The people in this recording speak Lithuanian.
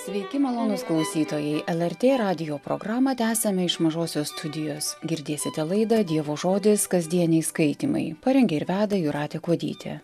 sveiki malonūs klausytojai lrt radijo programą tęsiame iš mažosios studijos girdėsite laida dievo žodis kasdieniai skaitymai parengė ir veda jūratė kuodytė